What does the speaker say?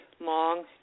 long